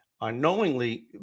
Unknowingly